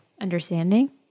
understanding